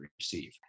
receive